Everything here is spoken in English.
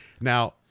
now